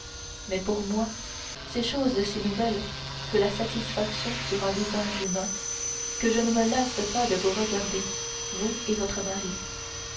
mais pour moi c'est chose si nouvelle que la satisfaction sur un visage humain que je ne me lasse pas de vous regarder vous et votre mari